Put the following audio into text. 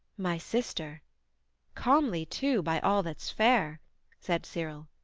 my sister comely, too, by all that's fair said cyril.